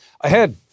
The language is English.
Ahead